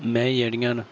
मैही जेह्ड़ियां न